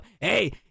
Hey